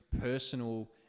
personal